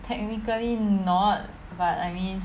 technically not but I mean